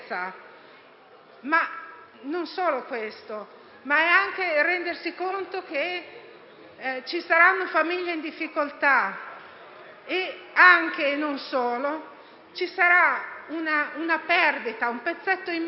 Non è solo questo; è anche rendersi conto che ci saranno famiglie in difficoltà, che ci sarà una perdita, un pezzetto in meno